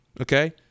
okay